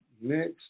Next